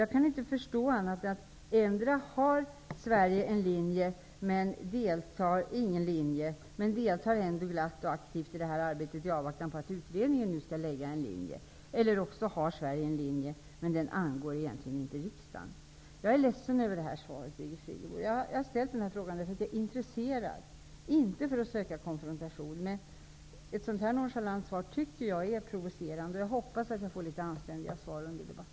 Jag kan inte förstå det på annat sätt än att endera har Sverige ingen linje men deltar ändå glatt och aktivt i det här arbetet i avvaktan på att utredningen skall lägga fast en linje, eller också har Sverige en linje, men den angår egentligen inte riksdagen. Jag är ledsen över det här svaret, Birgit Friggebo. Jag har ställt interpellationen därför att jag är intresserad, inte för att söka konfrontation. Men jag tycker att ett sådant nonchalant svar är provocerande, och jag hoppas att jag får litet anständiga svar under debatten.